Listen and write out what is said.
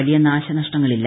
വലിയ നാശ നഷ്ട്ടങ്ങളില്ല